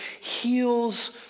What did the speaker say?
heals